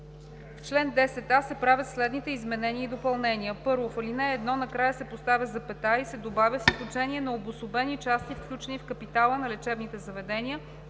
в чл. 10а се правят следните изменения и допълнения: 1. В ал. 1 накрая се поставя запетая и се добавя „с изключение на обособени части, включени в капитала на лечебните заведения,